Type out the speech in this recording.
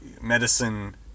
Medicine